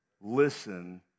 listen